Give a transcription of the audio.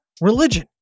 religion